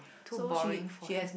too boring for you